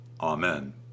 Amen